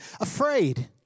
afraid